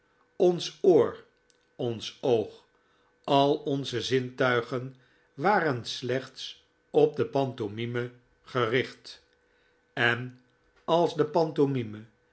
ons oor ons oog al onze zintuigen waren slechts op de pantomime gericht en als de